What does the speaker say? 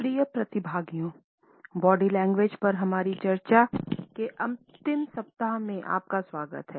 प्रिय प्रतिभागियों body language पर हमारी चर्चा के अंतिम सप्ताह में आपका स्वागत है